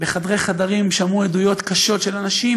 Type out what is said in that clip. בחדרי-חדרים הם שמעו עדויות קשות של אנשים,